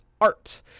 art